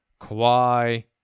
Kawhi